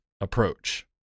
approach